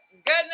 goodness